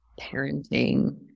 parenting